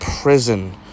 prison